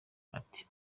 ati